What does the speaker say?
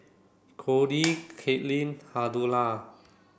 Cordie Katelin Huldah